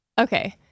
Okay